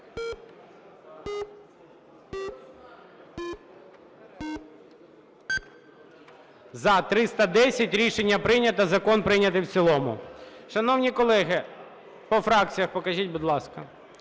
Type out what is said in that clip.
За-310 Рішення прийнято. Закон прийнято в цілому. Шановні колеги… По фракціях покажіть, будь ласка.